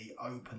Open